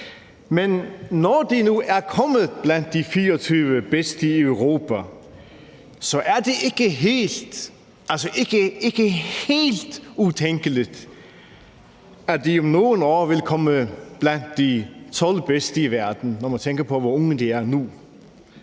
Men når de nu er kommet blandt de 24 bedste i Europa, er det ikke helt utænkeligt, at de om nogle år vil komme blandt de 12 bedste i verden, når man tænker på, hvor unge de er nu,